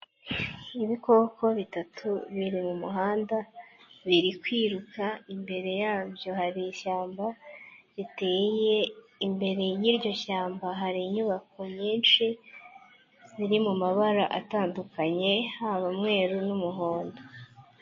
Ibikoko bitatu biri mu muhanda biri kwiruka, imbere yabyo hari ishyamba riteye, imbere y'iryo shyamba hari inyubako nyinshi ziri mu mabara atandukanye haba umweru n'umuhondo.